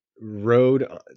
road